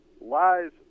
lies